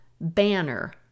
banner